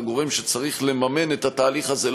כגורם שצריך לממן את התהליך הזה,